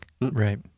Right